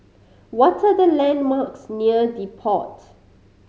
what are the landmarks near The Pod